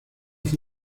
fue